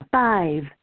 five